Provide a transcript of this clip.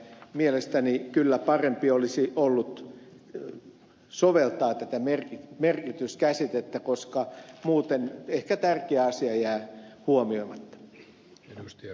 mielestäni kyllä parempi olisi ollut soveltaa tätä merkityskäsitettä koska muuten ehkä tärkeä asiaa jää huomioimatta